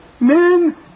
men